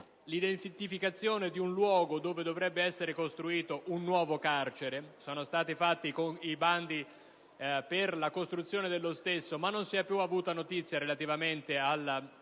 l'identificazione di un luogo dove dovrebbe essere costruito un nuovo carcere. Sono stati fatti i bandi per la costruzione dello stesso, ma non si è più avuta notizia in relazione